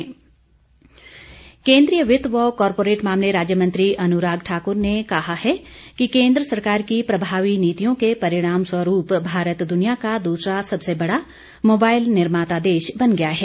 अनुराग ठाकुर केन्द्रीय वित्त व कॉरपोरेट मामले राज्य मंत्री अनुराग ठाकुर ने कहा है कि केन्द्र सरकार की प्रभावी नीतियों के परिणामस्वरूप भारत दुनिया का दूसरा सबसे बड़ा मोबाइल निर्माता देश बन गया है